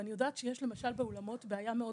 ואני יודעת שיש למשל באולמות בעיה מאוד